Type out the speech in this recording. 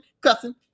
cussing